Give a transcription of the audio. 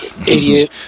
Idiot